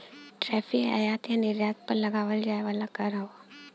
tariff आयात या निर्यात पर लगावल जाये वाला कर हौ